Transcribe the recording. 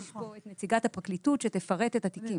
יש פה את נציגת הפרקליטות שתפרט את התיקים.